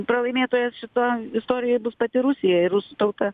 pralaimėtojas šitoj istorijoj bus pati rusija ir rusų tauta